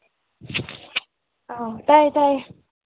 ꯑꯧ ꯇꯥꯏꯌꯦ ꯇꯥꯏꯌꯦ